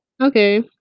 Okay